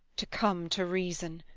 to come to reason